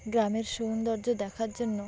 গ্রামের সৌন্দর্য দেখার জন্য